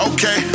Okay